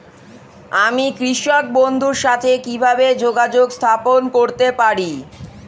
আমি কৃষক বন্ধুর সাথে কিভাবে যোগাযোগ স্থাপন করতে পারি?